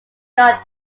god